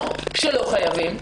או שלא חייבים,